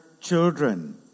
children